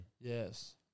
Yes